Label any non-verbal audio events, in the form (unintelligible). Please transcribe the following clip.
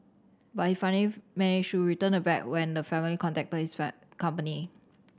but he (unintelligible) to return the bag when the family contacted his (unintelligible) company